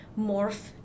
morph